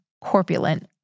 corpulent